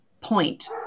point